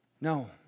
No